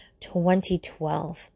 2012